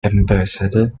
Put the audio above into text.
ambassador